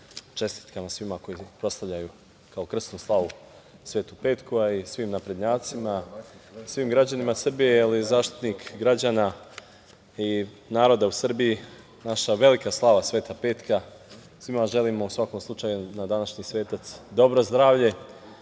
čestitkama svima onima koji proslavljaju kao krsnu slavu Svetu Petku, a i svim naprednjacima, svim građanima Srbije, jer je zaštitnik građana i naroda u Srbiji, naša velika slava Sveta Petka. Svima želim, u svakom slučaju, da današnji svetac da dobro zdravlje,